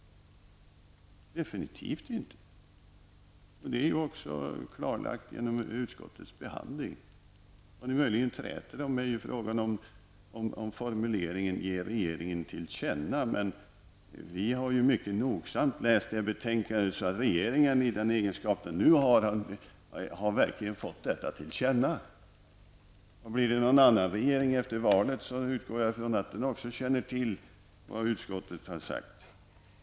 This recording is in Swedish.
Detta är också klarlagt genom utskottets betänkande. Vad ni möjligen träter om är formuleringen ''ge regeringen detta till känna'', men vi har mycket nogsamt läst betänkandet, och den nuvarande regeringen har därför verkligen fått detta till känna. Blir det efter valet en annan regering utgår jag från att också den känner till vad utskottet har sagt.